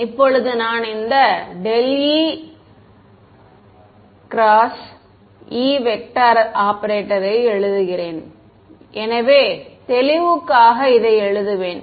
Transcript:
இப்போது நான் இந்த ∇exE ஆபரேட்டரை எழுதுகிறேன் எனவே தெளிவுக்காக இதை எழுதுவேன்